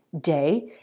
day